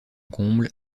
comble